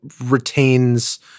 retains